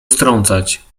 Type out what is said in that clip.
strącać